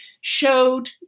showed